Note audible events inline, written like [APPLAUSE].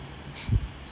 [LAUGHS]